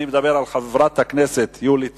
אני מדבר על חברת הכנסת יולי תמיר.